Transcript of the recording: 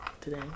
today